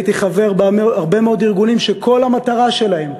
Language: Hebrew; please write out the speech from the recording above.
הייתי חבר בהרבה מאוד ארגונים שכל המטרה שלהם,